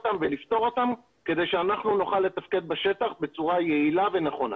ולפתור כדי שנוכל לתפקד בשטח בצורה יעילה ונכונה.